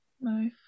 No